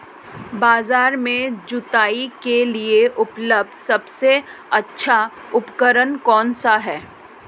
बाजार में जुताई के लिए उपलब्ध सबसे अच्छा उपकरण कौन सा है?